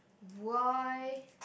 why